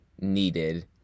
needed